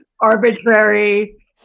arbitrary